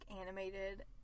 animated